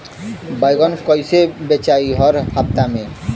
बैगन कईसे बेचाई हर हफ्ता में?